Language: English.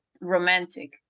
romantic